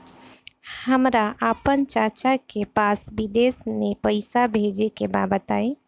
हमरा आपन चाचा के पास विदेश में पइसा भेजे के बा बताई